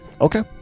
Okay